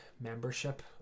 membership